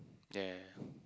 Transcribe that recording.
ya ya ya